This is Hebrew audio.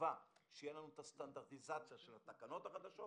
בתקווה שתהיה לנו הסטנדרטיזציה של התקנות החדשות